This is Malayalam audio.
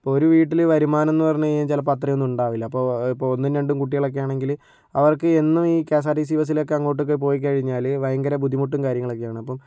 അപ്പം ഒരു വീട്ടിൽ വരുമാനം എന്ന് പറഞ്ഞ് കഴിഞ്ഞാൽ ചിലപ്പോൾ അത്രേന്നു ഉണ്ടാവൂല്ല അപ്പോൾ ഇപ്പം ഒന്നും രണ്ടും കുട്ടികളൊക്കെ ആണെങ്കിൽ അവർക്ക് എന്നും ഈ കെഎസ്ആർടിസി ബസ്സിലൊക്കെ അങ്ങോട്ടൊക്കെ പോയി കഴിഞ്ഞാൽ ഭയങ്കര ബുദ്ധിമുട്ടും കാര്യങ്ങളക്കെയാണ് അപ്പോൾ